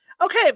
Okay